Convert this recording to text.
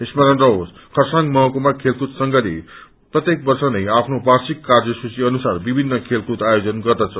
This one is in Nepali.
स्मरण रहोस खरसाङ महकुमा खेलकूद संघले प्रत्येक वर्ष नै आफ्नो वार्षिक कार्यसूची अनुसार विभिन्न खेलकूद आयोजन गर्दछ